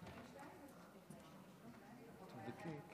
ידידי רם בן ברק,